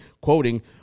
quoting